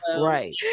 Right